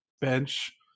bench